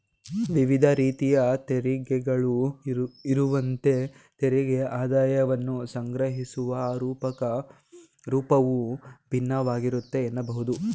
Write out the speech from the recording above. ವಿವಿಧ ರೀತಿಯ ತೆರಿಗೆಗಳು ಇರುವಂತೆ ತೆರಿಗೆ ಆದಾಯವನ್ನ ಸಂಗ್ರಹಿಸುವ ರೂಪವು ಭಿನ್ನವಾಗಿರುತ್ತೆ ಎನ್ನಬಹುದು